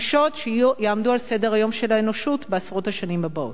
קשות שיעמדו על סדר-היום של האנושות בעשרות השנים הבאות.